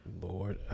Lord